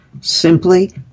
Simply